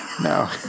No